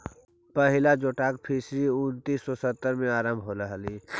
पहिला जोटाक फिशरी उन्नीस सौ सत्तर में आरंभ होले हलइ